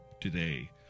today